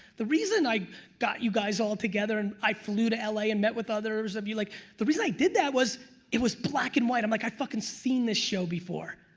the reason i got you guys all together and i flew to l a. and met with others of you, like the reason i did that was it was black and white. i'm like i fuckin' seen this show before,